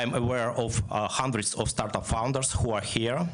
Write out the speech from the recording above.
אני מודע למאות מייסדי חברות הזנק שכאן,